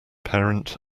parent